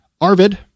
Arvid